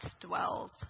dwells